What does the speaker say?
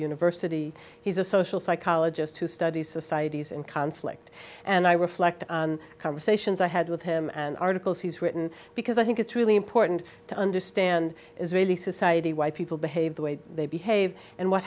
university he's a social psychologist who studies societies in conflict and i reflect on conversations i had with him and articles he's written because i think it's really important to understand israeli society why people behave the way they behave and what